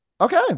Okay